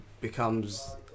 becomes